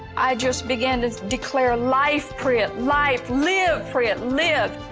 i just began to declare, life, prit. life. live, prit, live.